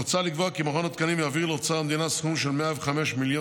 הוצע לקבוע כי מכון התקנים יעביר לאוצר המדינה סכום של 105 מיליון